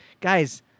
guys